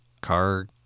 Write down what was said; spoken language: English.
car